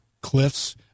cliffs